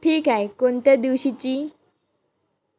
ठीक आहे कोणत्या दिवशीची